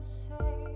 say